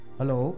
Hello